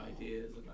ideas